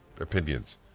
opinions